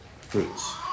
fruits